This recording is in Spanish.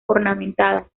ornamentadas